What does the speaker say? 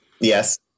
Yes